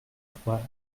trois